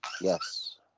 Yes